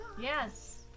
Yes